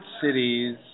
cities